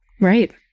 Right